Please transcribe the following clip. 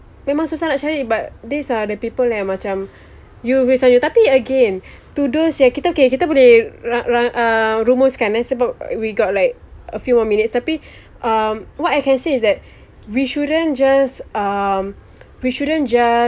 memang susah nak cari but these are the people yang macam you risau tapi again to those yang kita okay kita boleh ran~ ran~ uh rumuskan eh sebab we got like a few more minutes tapi um what I can say is that we shouldn't just um we shouldn't just